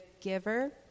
giver